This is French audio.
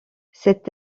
cet